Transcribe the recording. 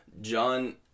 John